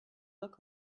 look